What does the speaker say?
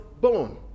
born